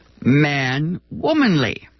man-womanly